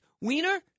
Wiener